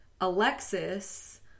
Alexis